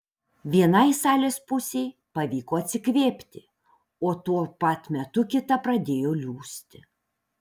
vienai salės pusei pavyko atsikvėpti o tuo pat metu kita pradėjo liūsti